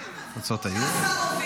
--- תוצאות היורו?